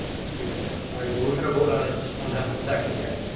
that's great dan. all right well we're going to vote on it in just one half a second here.